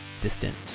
distant